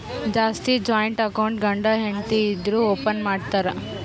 ಜಾಸ್ತಿ joint account ಗಂಡ ಹೆಂಡತಿ ಇದ್ದೋರು ಓಪನ್ ಮಾಡ್ತಾರ್